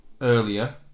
earlier